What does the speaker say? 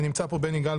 נמצא פה גם בני גל,